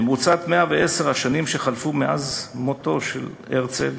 במרוצת 110 השנים שחלפו מאז מותו של הרצל